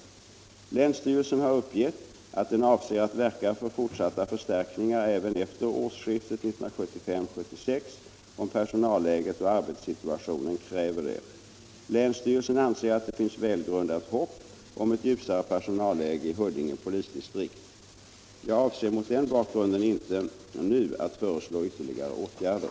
Länsstyrelsen har uppgett att den avser att verka för fortsatta förstärkningar även efter årsskiftet 1975/76 om personalläget och arbetssituationen kräver det. Länsstyrelsen anser att det finns välgrundat hopp om ett ljusare personalläge i Huddinge polisdistrikt. Jag avser mot den bakgrunden inte nu att föreslå ytterligare åtgärder.